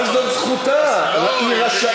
אבל זאת זכותה, לא, היא נרשמה אחרת.